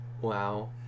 Wow